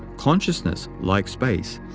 consciousness, like space,